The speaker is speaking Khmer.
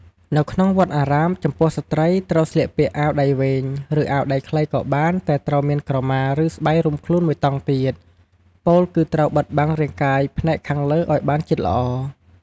នៅក្នុងវត្តអារាម ចំពោះស្រ្តីត្រូវស្លៀកពាក់អាវដៃវែង ឬ អាវដៃខ្លីក៏បានតែត្រូវមានក្រមា ឬ ស្បៃរុំខ្លួនមួយតង់ទៀត ពោលគឺត្រូវបិទបាំងរាងកាយផ្នែកខាងលើឲ្យបានជិតល្អ។